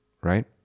right